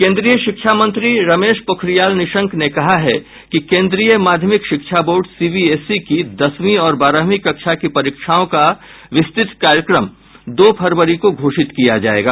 केन्द्रीय शिक्षा मंत्री रमेश पोखरियाल निशंक ने कहा है कि केंद्रीय माध्यमिक शिक्षा बोर्ड सीबीएसई की दसवीं और बारहवीं कक्षा की परीक्षाओं का विस्तृत कार्यक्रम दो फरवरी को घोषित किया जायेगा